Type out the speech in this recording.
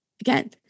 Again